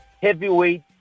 heavyweight